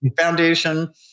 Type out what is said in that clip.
Foundation